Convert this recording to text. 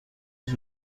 بهت